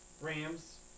Rams